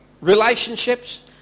relationships